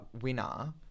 winner